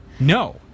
No